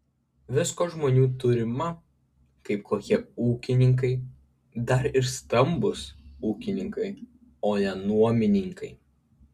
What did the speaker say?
visko žmonių turima kaip kokie ūkininkai dar ir stambūs ūkininkai o ne nuomininkai